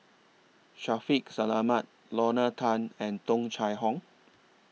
Shaffiq Selamat Lorna Tan and Tung Chye Hong